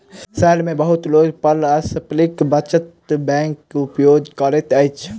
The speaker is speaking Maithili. शहर मे बहुत लोक पारस्परिक बचत बैंकक उपयोग करैत अछि